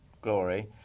glory